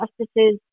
justices